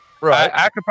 Right